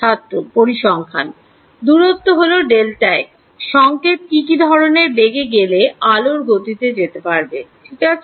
ছাত্র পরিসংখ্যান দূরত্ব হলো Δx সংকেত কি কি ধরনের বেগে গেলে আলোর গতিতে যেতে পারবে ঠিক আছে